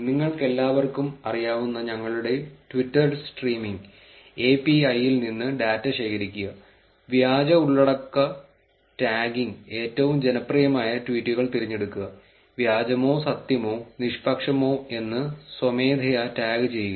നിങ്ങൾക്കെല്ലാവർക്കും അറിയാവുന്ന ഞങ്ങളുടെ ട്വിറ്റർ സ്ട്രീമിംഗ് API ൽ നിന്ന് ഡാറ്റ ശേഖരിക്കുക വ്യാജ ഉള്ളടക്ക ടാഗിംഗ് ഏറ്റവും ജനപ്രിയമായ ട്വീറ്റുകൾ തിരഞ്ഞെടുക്കുക വ്യാജമോ സത്യമോ നിഷ്പക്ഷമോ എന്ന് സ്വമേധയാ ടാഗ് ചെയ്യുക